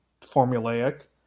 formulaic